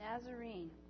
Nazarene